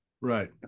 right